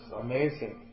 amazing